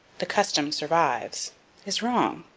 the custom survives is wrong,